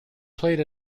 played